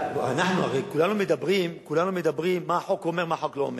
כולנו מדברים מה החוק אומר ומה החוק לא אומר.